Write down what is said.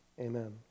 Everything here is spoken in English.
amen